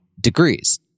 degrees